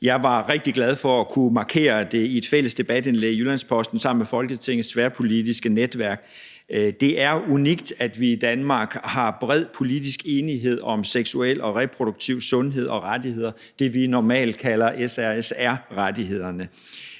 Jeg var rigtig glad for at kunne markere det i et fælles debatindlæg i Jyllands-Posten sammen med Folketingets tværpolitiske netværk. Det er unikt, at vi i Danmark har bred politisk enighed om seksuel og reproduktiv sundhed og rettigheder, det, vi normalt kalder SRSR-rettighederne.